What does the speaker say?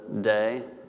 day